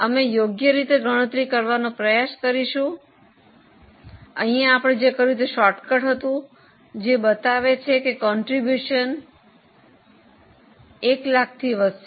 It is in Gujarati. અમે યોગ્ય રીતે ગણતરી કરવાનો પ્રયાસ કરીશું આપણે અહીં જે કર્યું તે શોર્ટકટ હતું તે બતાવે છે કે ફાળો 100000 થી વધશે